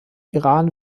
iran